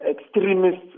extremists